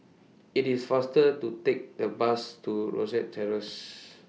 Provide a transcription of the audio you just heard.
IT IS faster to Take The Bus to Rosyth Terrace